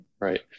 right